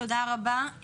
תודה רבה.